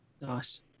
Nice